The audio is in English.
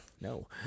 No